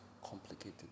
complicated